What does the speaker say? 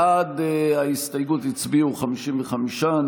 בעד ההסתייגות הצביעו 55,